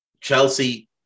Chelsea